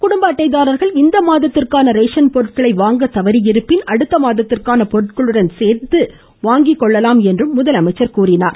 குடும்ப அட்டைதாரர்கள் இந்த மாதத்திற்கான ரேஷன் பொருட்களை வாங்க தவறியிருப்பின் அடுத்த மாதத்திற்கான பொருட்களுடன் சேர்த்து வாங்கிக்கொள்ளலாம் என்றும் முதலமைச்சர் குறிப்பிட்டார்